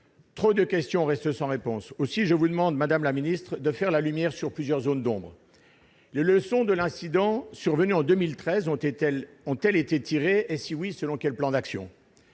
Trop de questions restent sans réponse. Aussi, je vous demande, madame la ministre, de faire la lumière sur plusieurs zones d'ombre. Les leçons de l'incident survenu en 2013 ont-elles été tirées et, si tel est le cas, selon quel plan d'action ?